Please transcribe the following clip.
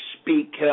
speak